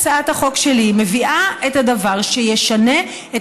הצעת החוק שלי מביאה את הדבר שישנה את